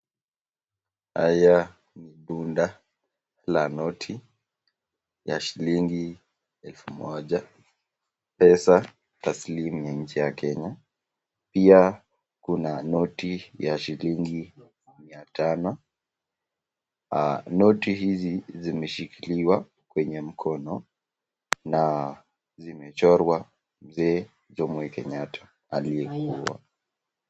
Haya ni bunda la noti ya shilingi elfu moja, pesa taslimu ya nchi ya Kenya. Pia kuna noti ya shilingi mia tano. Noti hizi zimeshikiliwa kwenye mkono na zimechorwa mzee Jomo Kenyatta aliyekuwa.